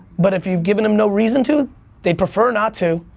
but if you've given them no reason to they prefer not to.